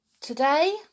today